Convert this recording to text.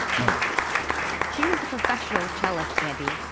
no she was a professional cellist, andi.